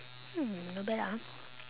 hmm not bad ah